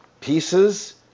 pieces